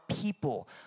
people